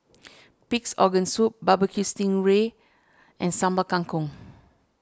Pig's Organ Soup barbeque Sting Ray and Sambal Kangkong